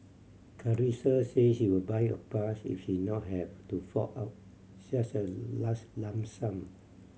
Carissa said she would buy a pass if she not have to fork out such a large lump sum